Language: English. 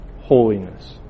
holiness